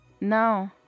No